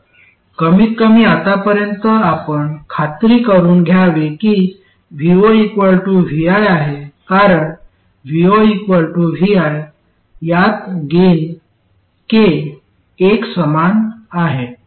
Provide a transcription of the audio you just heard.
तर कमीतकमी आतापर्यंत आपण खात्री करुन घ्यावी की vo vi आहे कारण vo vi यात गेन k 1 समान आहे